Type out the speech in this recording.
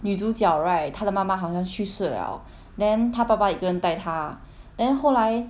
女主角 right 她的妈妈好像去世 liao then 她爸爸一个人带她 then 后来